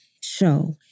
show